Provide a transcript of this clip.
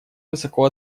высоко